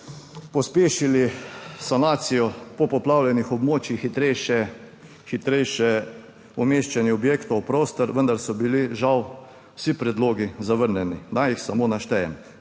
pospešili sanacijo popoplavljenih območij, hitrejše umeščanje objektov v prostor, vendar so bili žal vsi predlogi zavrnjeni. Naj jih samo naštejem.